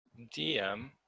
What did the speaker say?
DM